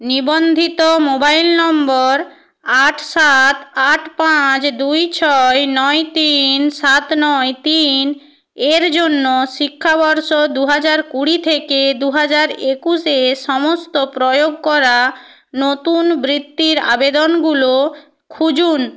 নিবন্ধিত mobile number আট সাত আট পাঁচ দুই ছয় নয় তিন সাত নয় তিন এর জন্য শিক্ষাবর্ষ দু হাজার কুড়ি থেকে দু হাজার একুশে সমস্ত প্রয়োগ করা নতুন বৃত্তির আবেদনগুলো খুঁজুন